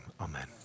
amen